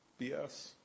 BS